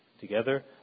together